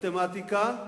מתמטיקה,